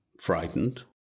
frightened